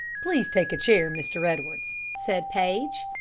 please take a chair, mr. edwards, said paige,